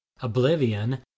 Oblivion